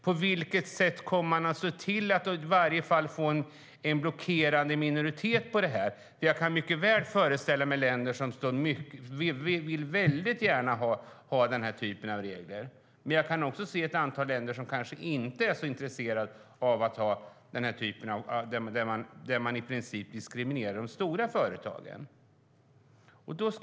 På vilket sätt kommer man att se till att i varje fall få en blockerande minoritet? Jag kan mycket väl föreställa mig länder som väldigt gärna vill ha den här typen av regler, men jag kan också se ett antal länder som kanske inte är så intresserade av detta, där man i princip diskriminerar de stora företagen.